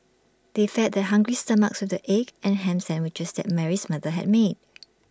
they fed their hungry stomachs with the egg and Ham Sandwiches that Mary's mother had made